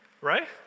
Right